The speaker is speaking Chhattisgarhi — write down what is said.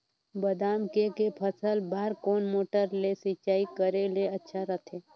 बादाम के के फसल बार कोन मोटर ले सिंचाई करे ले अच्छा रथे?